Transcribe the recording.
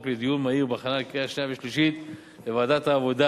לדיון מהיר בהכנה לקריאה שנייה ושלישית בוועדת העבודה